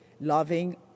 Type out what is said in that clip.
loving